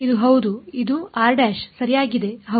ಇದು ಹೌದು ಇದು ಸರಿಯಾಗಿದೆ ಹೌದು